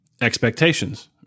expectations